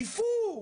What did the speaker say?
דיון.